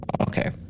Okay